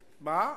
זו הבטחה או איום?